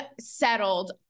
settled